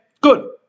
Good